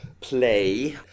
play